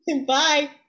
Bye